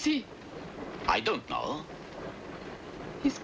see i don't know he's